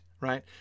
right